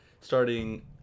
starting